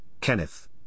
Kenneth